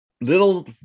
little